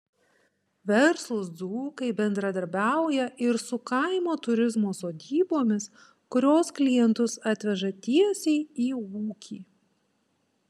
verslūs dzūkai bendradarbiauja ir su kaimo turizmo sodybomis kurios klientus atveža tiesiai į ūkį